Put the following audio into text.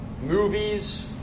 Movies